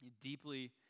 Deeply